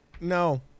No